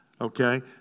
okay